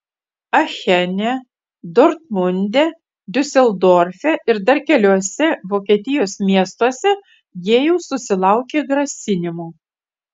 achene dortmunde diuseldorfe ir dar keliuose vokietijos miestuose jie jau susilaukė grasinimų